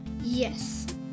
Yes